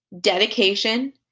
dedication